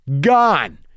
gone